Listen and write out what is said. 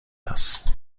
است